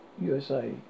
USA